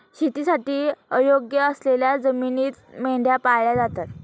शेतीसाठी अयोग्य असलेल्या जमिनीत मेंढ्या पाळल्या जातात